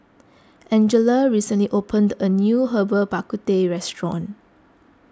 Angella recently opened a new Herbal Bak Ku Teh restaurant